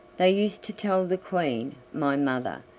they used to tell the queen, my mother,